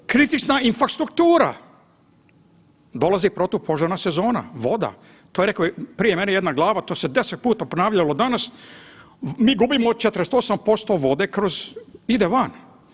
Kritična infrastruktura, dolazi protupožarna sezona, voda, to je rekla prije mene jedna glava to se deset puta ponavljalo danas, mi gubimo 48% vode kroz ide van.